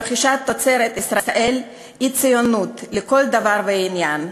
רכישת תוצרת ישראל היא ציונות לכל דבר ועניין.